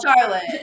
Charlotte